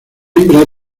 hembra